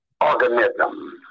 organism